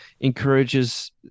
encourages